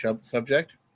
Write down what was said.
subject